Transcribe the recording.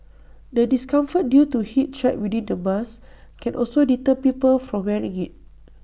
the discomfort due to heat trapped within the mask can also deter people from wearing IT